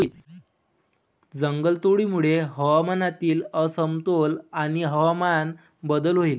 जंगलतोडीमुळे हवामानातील असमतोल आणि हवामान बदल होईल